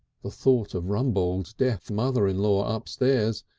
the thought of rumbold's deaf mother-in-law upstairs,